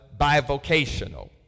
bivocational